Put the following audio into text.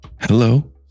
Hello